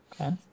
Okay